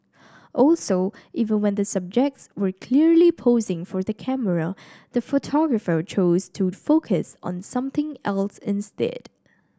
also even when the subjects were clearly posing for the camera the photographer chose to focus on something else instead